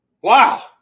Wow